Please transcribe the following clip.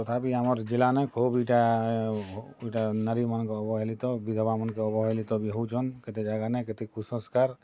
ତଥାପି ଆମର୍ ଜିଲ୍ଲାନେ ଖୁବ୍ ଇଟା ଇଟା ନାରୀ ମାନକେ ଅବହେଲିତ ବିଧବା ମାନକେ ଅବହେଲିତ ବି ହଉଛନ୍ କେତେ ଜାଗାନେ କେତେ କୁସଂସ୍କାର୍